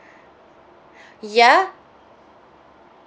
ya